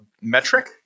metric